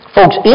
Folks